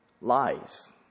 Lies